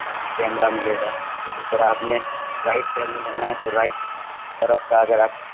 camera ملے گا کہ جس طرح آپ نے رائٹ ٹرن لینا ہے تو رائٹ طرف کا اگر آپ